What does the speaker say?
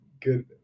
good